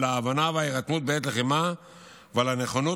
על ההבנה וההירתמות בעת לחימה ועל הנכונות